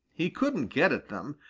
he couldn't get at them.